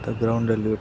ಮತ್ತು ಗ್ರೌಂಡಲ್ಲಿ ಒಟ್